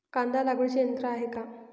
कांदा लागवडीचे यंत्र आहे का?